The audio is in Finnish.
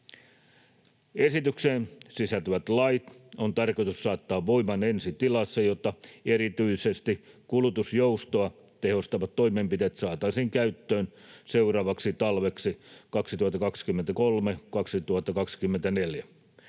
Esitykseen sisältyvät lait on tarkoitus saattaa voimaan ensi tilassa, jotta erityisesti kulutusjoustoa tehostavat toimenpiteet saataisiin käyttöön seuraavaksi talveksi 2023—2024.